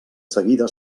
seguida